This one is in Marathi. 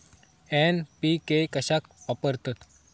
एन.पी.के कशाक वापरतत?